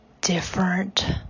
different